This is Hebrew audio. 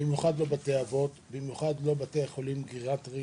במיוחד לא בתי אבות ובתי חולים גריאטריים.